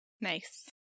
Nice